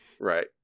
Right